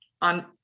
on